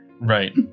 Right